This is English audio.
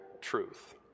truth